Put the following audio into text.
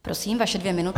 Prosím, vaše dvě minuty.